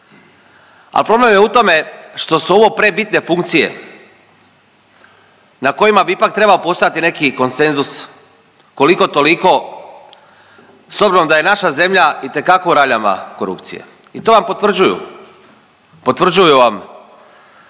a problem je u tome što su ovo prebitne funkcije na kojima bi ipak trebao postojati neki konsenzus koliko toliko s obzirom da je naša zemlja itekako u raljama korupcije. I to vam potvrđuju, potvrđuju vam